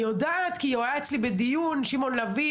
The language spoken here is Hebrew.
אני יודעת, כי הוא היה אצלי בדיון, שמעון לביא.